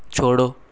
छोड़ो